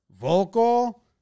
vocal